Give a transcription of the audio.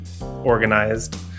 organized